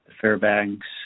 Fairbanks